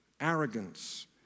arrogance